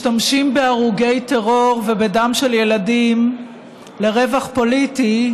כשמשתמשים בהרוגי טרור ובדם של ילדים לרווח פוליטי,